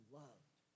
loved